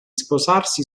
sposarsi